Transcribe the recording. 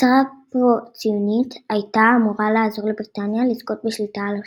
הצהרה פרו-ציונית הייתה אמורה לעזור לבריטניה לזכות בשליטה על השטח.